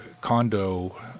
condo